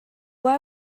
why